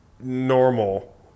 normal